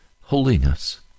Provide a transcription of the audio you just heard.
holiness